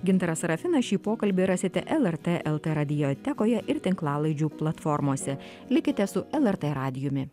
gintaras sarafinas šį pokalbį rasite lrt lt radiotekoje ir tinklalaidžių platformose likite su lrt radijumi